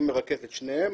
אני מרכז את שניהם,